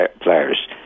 players